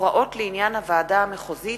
(הוראות לעניין הוועדה המחוזית),